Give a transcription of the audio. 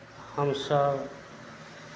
हमसभ